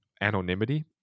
anonymity